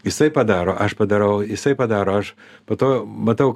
jisai padaro aš padarau jisai padaro aš po to matau